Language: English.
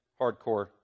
hardcore